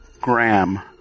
Graham